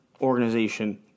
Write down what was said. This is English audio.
organization